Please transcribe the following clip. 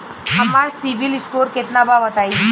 हमार CIBIL score केतना बा बताईं?